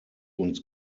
uns